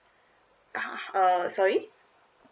sorry